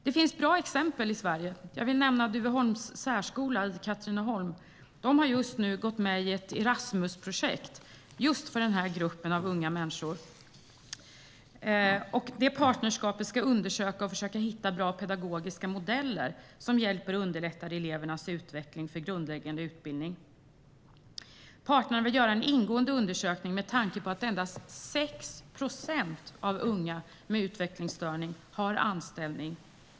Det finns bra exempel i Sverige. Jag vill nämna Duveholms gymnasiesärskola i Katrineholm. De har precis gått med i ett Erasmusprojekt för just denna grupp av unga människor. "Partnerskapet ska undersöka och försöka hitta bra pedagogiska modeller som hjälper och underlättar elevernas utveckling från grundläggande utbildning . Parterna vill göra en ingående undersökning med tanke på att endast 6% av unga med utvecklingsstörning har anställning .